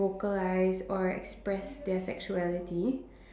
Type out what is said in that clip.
vocalize or express their sexuality